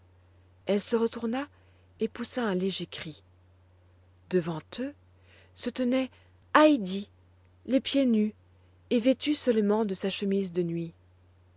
elle se retourna et poussa un léger cri devant eux se tenait heidi les pieds nus et vêtue seulement de sa chemise de nuit